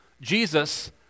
Jesus